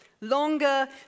Longer